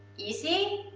easy,